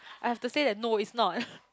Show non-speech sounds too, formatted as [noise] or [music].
I have to say that no it's not [laughs]